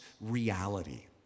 reality